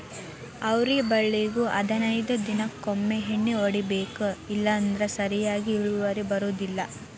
ಅವ್ರಿ ಬಳ್ಳಿಗು ಹದನೈದ ದಿನಕೊಮ್ಮೆ ಎಣ್ಣಿ ಹೊಡಿಬೇಕ ಇಲ್ಲಂದ್ರ ಸರಿಯಾಗಿ ಇಳುವರಿ ಬರುದಿಲ್ಲಾ